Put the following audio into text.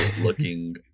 looking